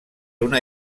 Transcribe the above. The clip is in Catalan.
una